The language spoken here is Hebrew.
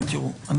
לא,